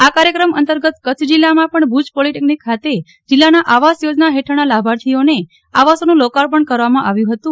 આ કાર્યક્રમ અંતર્ગત કચ્છ જિલ્લામાં પણ ભુજ પોલિટેકનિક ખાતે જિલ્લાના આવાસ થોજના ફેઠળના લાભાર્થીઓને આવાસોનું લોકાર્પણ કરવામાં આવ્યું ફતું